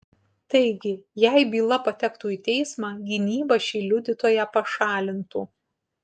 taigi jei byla patektų į teismą gynyba šį liudytoją pašalintų